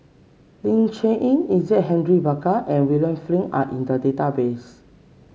Ling Cher Eng Isaac Henry Burkill and William Flint are in the database